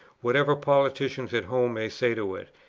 whatever politicians at home may say to it,